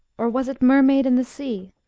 or was it mermaid in the sea?